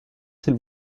s’il